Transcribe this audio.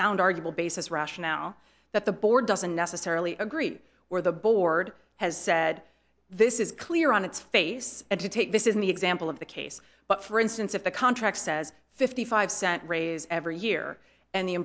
sound arguable basis russia now that the board doesn't necessarily agree or the board has said this is clear on its face and to take this is an example of the case but for instance if the contract says fifty five cent raise every year and the